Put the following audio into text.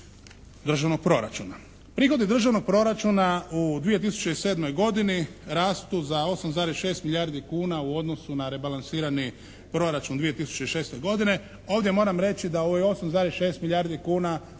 državnog proračuna. Prihodi državnog proračuna u 2007. godini rastu za 8,6 milijardi kuna u odnosu na rebalansirani proračuna 2006. godine. Ovdje moram reći da ovih 8,6 milijardi kuna